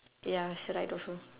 ya it's right also